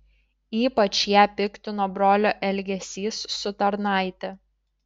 ypač ją piktino brolio elgesys su tarnaite